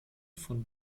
von